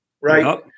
right